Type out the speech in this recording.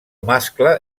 mascle